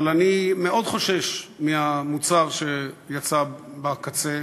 אבל אני מאוד חושש מהמוצר שיצא בקצה,